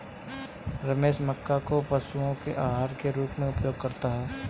रमेश मक्के को पशुओं के आहार के रूप में उपयोग करता है